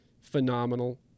phenomenal